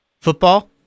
football